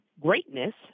greatness